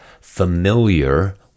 familiar